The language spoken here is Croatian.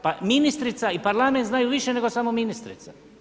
Pa ministrica i parlament znaju više nego samo ministrica.